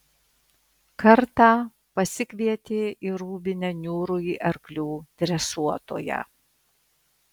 kartą pasikvietė į rūbinę niūrųjį arklių dresuotoją